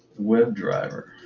web driver.